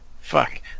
Fuck